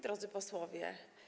Drodzy Posłowie!